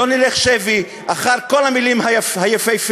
לא נלך שבי אחר כל המילים היפהפיות.